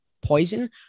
poison